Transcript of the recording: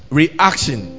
reaction